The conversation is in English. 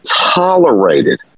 tolerated